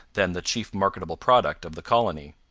then the chief marketable product of the colony.